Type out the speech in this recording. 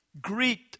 Greet